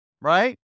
Right